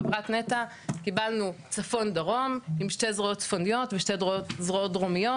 חברת נת"ע קיבלנו צפון דרום עם שתי זרועות צפיות ושתי זרועות דרומיות,